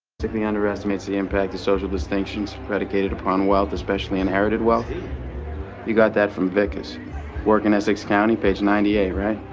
sickly underestimates the impact of social distinctions predicated upon wealth especially inherited wealthy you got that from vicky's work in essex county page ninety eight, right?